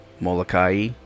Molokai